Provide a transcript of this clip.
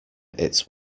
its